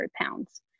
pounds